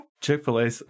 Chick-fil-A